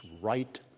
Right